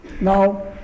Now